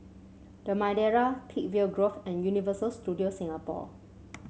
The Madeira Peakville Grove and Universal Studios Singapore